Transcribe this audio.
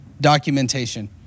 documentation